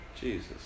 Jesus